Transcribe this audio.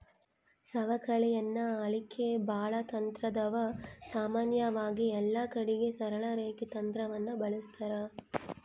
ಸವಕಳಿಯನ್ನ ಅಳೆಕ ಬಾಳ ತಂತ್ರಾದವ, ಸಾಮಾನ್ಯವಾಗಿ ಎಲ್ಲಕಡಿಗೆ ಸರಳ ರೇಖೆ ತಂತ್ರವನ್ನ ಬಳಸ್ತಾರ